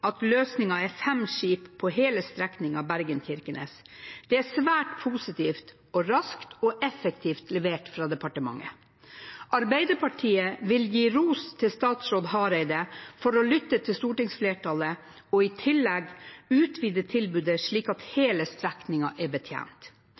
at løsningen er fem skip på hele strekningen Bergen–Kirkenes. Det er svært positivt, og raskt og effektivt levert av departementet. Arbeiderpartiet vil gi ros til statsråd Hareide for å lytte til stortingsflertallet og i tillegg utvide tilbudet, slik at